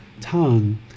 tongue